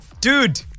dude